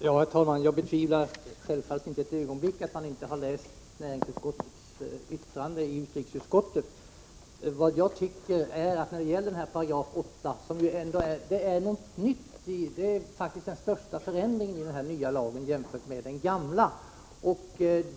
Herr talman! Jag betvivlar självfallet inte ett ögonblick att man i utrikesutskottet har läst näringsutskottets yttrande. Enligt min mening innebär 8 § något nytt. Den innebär faktiskt den största förändringen i den ny lagen jämfört med den gamla.